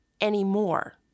anymore